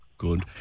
Good